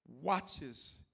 watches